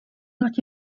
not